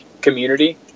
community